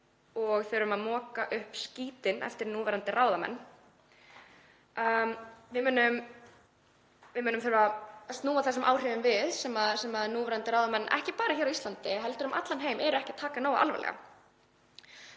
og þurfum að moka upp skítinn eftir núverandi ráðamenn. Við munum þurfa að snúa þessum áhrifum við sem núverandi ráðamenn, ekki bara á Íslandi heldur um allan heim, eru ekki að taka nógu alvarlega.